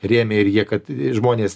rėmė ir jie kad žmonės